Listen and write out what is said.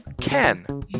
Ken